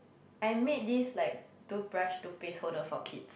I make this like toothbrush toothpaste holder for kids